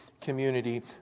community